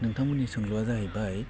नोंथांमोननि सोंलुया जाहैबाय